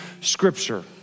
Scripture